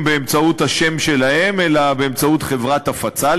באמצעות השם שלהם אלא באמצעות חברת הפצה,